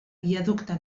viaducte